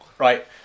Right